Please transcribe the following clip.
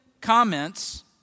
comments